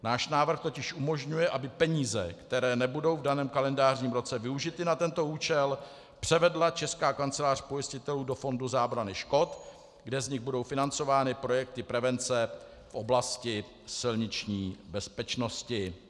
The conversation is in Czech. Náš návrh totiž umožňuje, aby peníze, které nebudou v daném kalendářním roce využity na tento účel, převedla Česká kancelář pojistitelů do fondu zábrany škod, kde z nich budou financovány projekty prevence v oblasti silniční bezpečnosti.